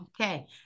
Okay